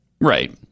Right